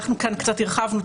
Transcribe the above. אנחנו כאן קצת הרחבנו,